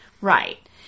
Right